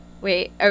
Wait